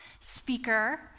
speaker